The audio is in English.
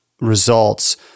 results